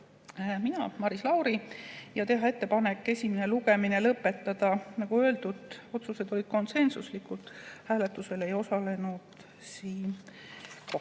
minu, Maris Lauri, ja teha ettepanek esimene lugemine lõpetada. Nagu öeldud, otsused olid konsensuslikud, hääletusel ei osalenud Siim [Pohlak].